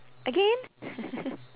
again